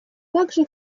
также